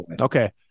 Okay